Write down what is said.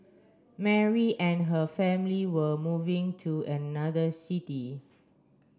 Mary and her family were moving to another city